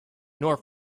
nora